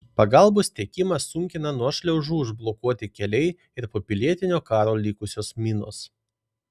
pagalbos tiekimą sunkina nuošliaužų užblokuoti keliai ir po pilietinio karo likusios minos